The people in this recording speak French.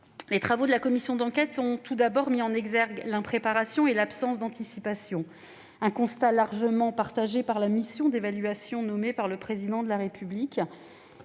Les travaux de la commission d'enquête ont tout d'abord mis en évidence l'impréparation et l'absence d'anticipation de l'État. C'est un constat largement partagé par la mission d'évaluation nommée par le Président de la République.